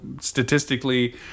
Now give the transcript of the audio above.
statistically